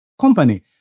company